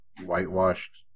whitewashed